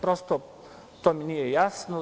Prosto, to mi nije jasno.